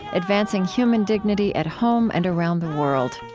advancing human dignity at home and around the world.